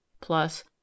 plus